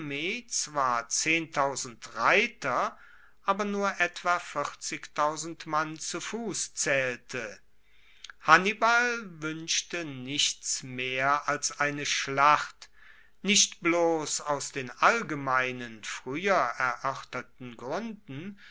zwar reiter aber nur etwa mann zu fuss zaehlte hannibal wuenschte nichts mehr als eine schlacht nicht bloss aus den allgemeinen frueher eroerterten gruenden